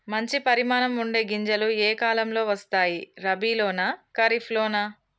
మంచి పరిమాణం ఉండే గింజలు ఏ కాలం లో వస్తాయి? రబీ లోనా? ఖరీఫ్ లోనా?